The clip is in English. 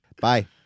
Bye